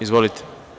Izvolite.